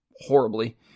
horribly